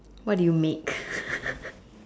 what do you make